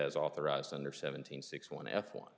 as authorized under seventeen six one f one